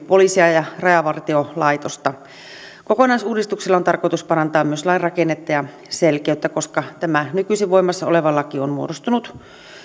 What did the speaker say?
poliisia ja rajavartiolaitosta koskevien säännösten kanssa kokonaisuudistuksella on tarkoitus parantaa myös lain rakennetta ja selkeyttä koska tämä nykyisin voimassa oleva laki on muodostunut